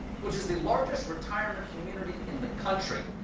which is the largest retirement community in the country.